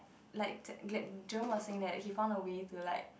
like like John was saying that he found a way to like